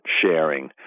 sharing